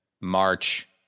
March